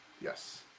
yes